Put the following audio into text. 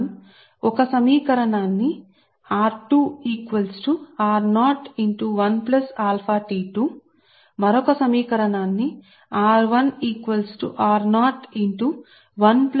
మేము ఒక సమీకరణాన్ని మరొకటి వ్రాస్తాము మరియు సమయం చూడండి 2605 చూడండి అప్పుడు మీరు పొందుతారు